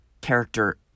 character